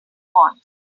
wants